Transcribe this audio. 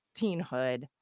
teenhood